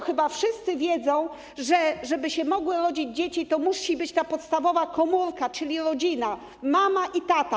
Chyba wszyscy wiedzą, że aby mogły się rodzić dzieci, to musi być ta podstawowa komórka, czyli rodzina: mama i tata.